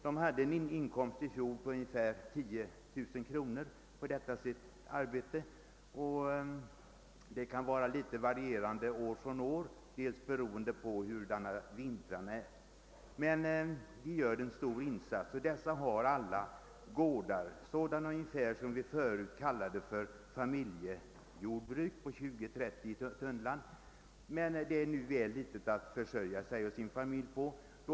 De hade i fjol en genomsnittlig inkomst på ungefär 10 000 kronor för detta sitt arbete. Inkomsten kan variera år från år, mest beroende på hurudana vintrarna är. De har alla gårdar av det slag som vi förut kallade för familjejordbruk, d. v. s. gårdar på 20 å 30 tunnland. En sådan areal är numera väl liten för att de skall kunna försörja sig och sin familj på den.